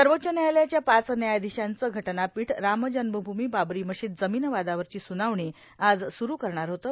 सर्वोच्च न्यायालयाच्या पाच न्यायाधीशांचं घटनापीठ राम जन्मभूमी बाबरी मशिद जमीन वादावरची सुनावणी आज सुरू करणार होतं